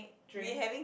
drink